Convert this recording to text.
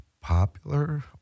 popular